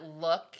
look